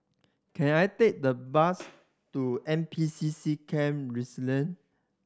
can I take the bus to N P C C Camp Resilience